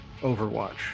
overwatch